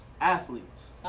Athletes